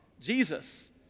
Jesus